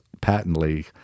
patently